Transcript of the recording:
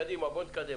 קדימה, בוא נתקדם.